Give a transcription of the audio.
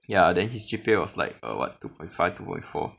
ya then his G_P_A was like err what two point five two point four